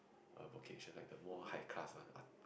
err vocation like a more high class one a~